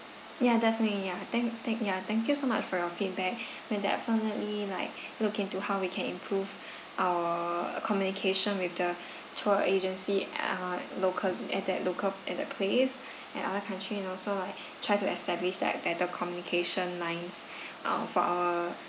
ya definitely ya thank thank ya thank you so much for your feedback we'll definitely like look into how we can improve our communication with the tour agency ah local at that local at the place and other country and also like try to establish like better communication lines um for our